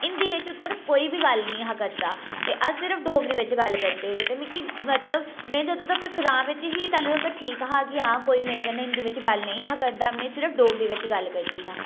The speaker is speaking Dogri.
हिंदी बिच उद्धर कोई बी गल्ल नेईं हा करदा ते अस सिर्फ डोगरी बिच गल्ल करदे हे ते मिगी मतलब में जदूं तगर ग्रांऽ बिच ही तां ठीक हा कि हां कोई मेरे कन्नै हिंदी बिच गल्ल नेईं हा करदा में सिर्फ डोगरी बिच गल्ल करदी हा